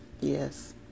Yes